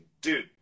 dude